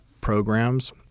programs